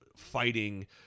fighting